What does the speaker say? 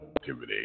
activity